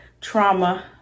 trauma